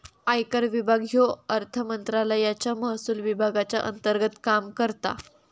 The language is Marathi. आयकर विभाग ह्यो अर्थमंत्रालयाच्या महसुल विभागाच्या अंतर्गत काम करता